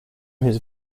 his